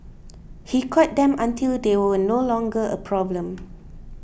he caught them until they were no longer a problem